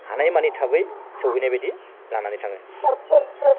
हानायमानि थाबै सहैनायबादि लानानै थाङो